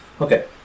Okay